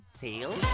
tail